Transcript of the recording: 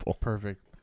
Perfect